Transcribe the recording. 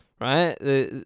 Right